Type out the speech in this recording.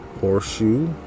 horseshoe